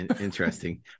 Interesting